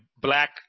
black